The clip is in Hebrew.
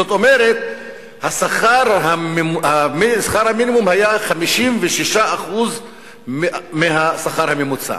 זאת אומרת, שכר המינימום היה 56% מהשכר הממוצע.